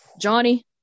Johnny